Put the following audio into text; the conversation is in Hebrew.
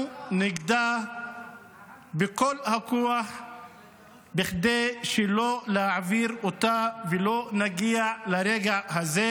נגדה בכל הכוח בכדי לא להעביר אותה ולא להגיע לרגע הזה,